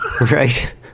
Right